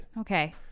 Okay